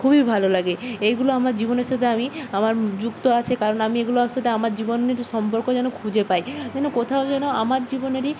খুবই ভালো লাগে এইগুলো আমার জীবনের সাথে আমি আমার যুক্ত আছে কারণ আমি এগুলোর সাথে আমার জীবনের সম্পর্ক যেন খুঁজে পাই যেন কোথাও যেন আমার জীবনেরই